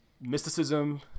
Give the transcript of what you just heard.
mysticism